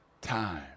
time